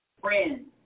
friends